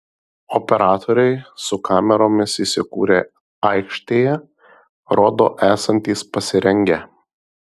operatoriai su kameromis įsikūrę aikštėje rodo esantys pasirengę